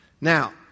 Now